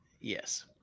Yes